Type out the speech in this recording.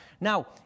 Now